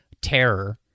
terror